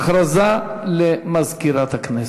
הודעה למזכירת הכנסת.